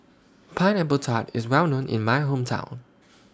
Pineapple Tart IS Well known in My Hometown